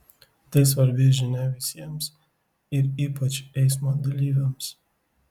tai svarbi žinia visiems ir ypač eismo dalyviams